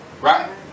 Right